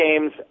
games